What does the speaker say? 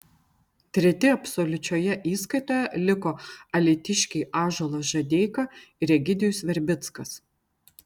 treti absoliučioje įskaitoje liko alytiškiai ąžuolas žadeika ir egidijus verbickas